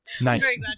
Nice